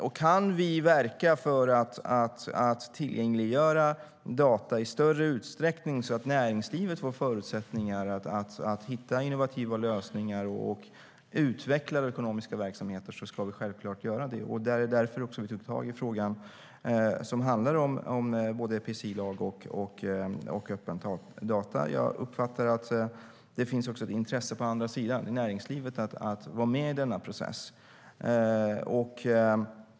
Om vi kan verka för att tillgängliggöra data i större utsträckning, så att näringslivet får förutsättningar att hitta innovativa lösningar och utveckla ekonomiska verksamheter, ska vi självklart göra det. Det är därför som vi har tagit tag i frågan som handlar om både PSI-lagen och öppna data. Jag uppfattar att det finns ett intresse också på den andra sidan, i näringslivet, att vara med i denna process.